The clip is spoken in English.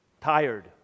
tired